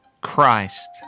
Christ